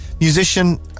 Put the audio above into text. musician